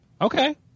Okay